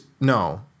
No